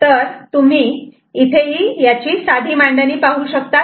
तर तुम्ही इथे ही साधी मांडणी पाहू शकतात